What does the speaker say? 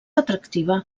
atractiva